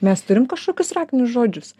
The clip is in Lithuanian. mes turim kažkokius raktinius žodžius